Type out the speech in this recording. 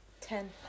ten